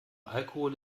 alkohol